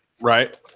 Right